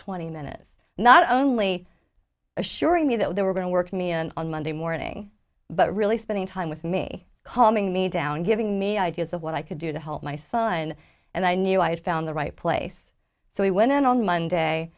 twenty minutes not only assuring me that they were going to work me and on monday morning but really spending time with me calming me down giving me ideas of what i could do to help my son and i knew i had found the right place so he went in on monday